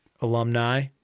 alumni